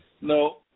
No